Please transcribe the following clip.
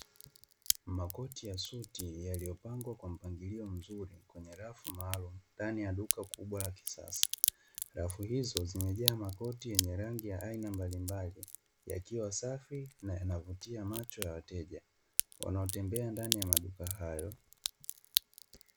Makoti ya suti yaliyopangwa kwa mpangilio mzuri kwenye rafu maalumu ndani ya duka kubwa la kisasa, rafu hizo zimejaa makoti yenye rangi ya aina mbalimbali, yakiwa safi na yanavutia macho ya wateja wanaotembea ndani ya maduka hayo.